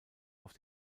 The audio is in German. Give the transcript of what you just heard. auf